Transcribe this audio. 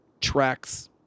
tracks